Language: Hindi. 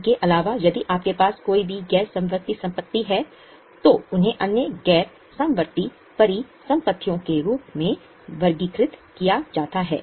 इनके अलावा यदि आपके पास कोई भी गैर समवर्ती संपत्ति है तो उन्हें अन्य गैर समवर्ती परिसंपत्तियों के रूप में वर्गीकृत किया जाता है